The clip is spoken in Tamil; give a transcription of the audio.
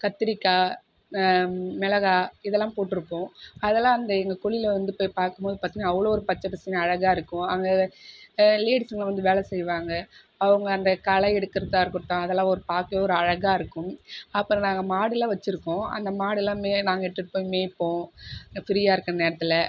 கத்திரிக்காய் மிளகா இதெல்லாம் போட்ருப்போம் அதெல்லாம் அந்த எங்க கொல்லியில வந்து போய் பார்க்கும்போது பார்த்திங்கன்னா அவ்ளோ ஒரு பச்சை பசேன்னு அழகாக இருக்கும் அங்கே லேடீஸ்ங்க வந்து வேலை செய்வாங்க அவங்க அந்த களை எடுக்கறதாக இருக்கட்டும் அதெலாம் ஒரு பார்க்கவே ஒரு அழகாக இருக்கும் அப்புறம் நாங்கள் மாடுலாம் வச்சுருக்கோம் அந்த மாடுலாம் மேய நாங்கள் இட்டுகிட்டு போய் மேய்ப்போம் இந்த ஃபிரீயாக இருக்கிற நேரத்தில்